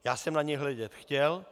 Já jsem na ně hledět chtěl.